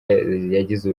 yagize